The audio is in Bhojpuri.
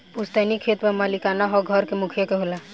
पुस्तैनी खेत पर मालिकाना हक घर के मुखिया के होला